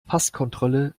passkontrolle